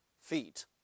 feet